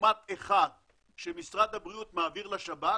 מאומת אחד שמשרד הבריאות מעביר לשב"כ,